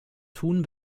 tun